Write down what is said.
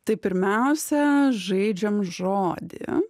tai pirmiausia žaidžiam žodį